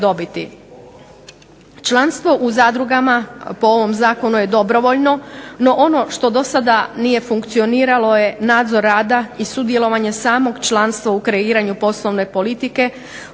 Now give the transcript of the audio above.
Članstvo u zadrugama, po ovom zakonu je dobrovoljno, no ono što dosada nije funkcioniralo je nadzor rada i sudjelovanje samog članstva u kreiranju poslovne politike